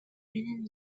менин